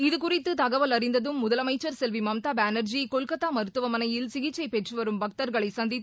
இது குறித்து தகவல் அறிந்ததும் முதலமைச்சர் செல்வி மம்தா பானர்ஜி கொல்கத்தா மருத்துவமனையில் சிகிச்சை பெற்றுவரும் பக்தர்களை சந்தித்து நலம் விசாரித்தார்